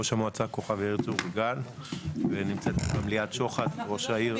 ראש המועצה כוכב יאיר צור יגאל ונמצאת גם ליאת שוחט ראש העיר